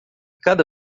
cada